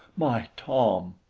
my tom!